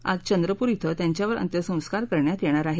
आज चंद्रप्र इथं त्यांच्यावर अंत्यसंस्कार करण्यात येणार आहेत